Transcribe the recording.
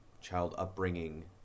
child-upbringing